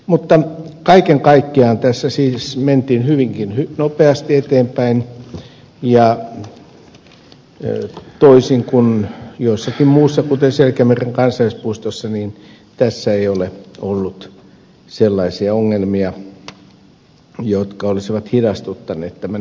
mutta kaiken kaikkiaan tässä siis mentiin hyvinkin nopeasti eteenpäin ja toisin kuin jossakin muussa kuten selkämeren kansallispuistossa tässä ei ole ollut sellaisia ongelmia jotka olisivat hidastuttaneet tämän etenemistä